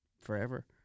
forever